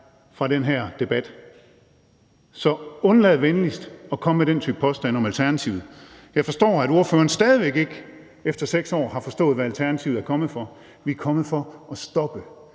fra den her debat. Så undlad venligst at komme med den type påstande om Alternativet. Jeg forstår, at ordføreren stadig væk ikke efter 6 år har forstået, hvad Alternativet er kommet for. Vi er kommet for at stoppe